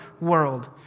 world